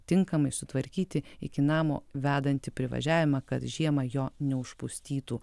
tinkamai sutvarkyti iki namo vedantį privažiavimą kad žiemą jo neužpustytų